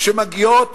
שמגיעות